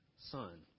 Son